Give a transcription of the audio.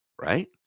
right